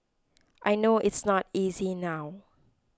I know it's not easy now